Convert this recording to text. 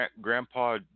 Grandpa